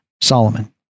Solomon